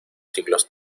siglos